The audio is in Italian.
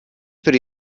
per